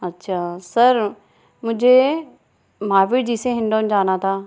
अच्छा सर मुझे महावीर जी से हिंडौन जाना था